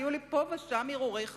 היו לי פה ושם הרהורי חרטה,